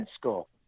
school